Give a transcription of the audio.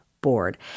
board